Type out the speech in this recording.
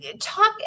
talk